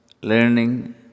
learning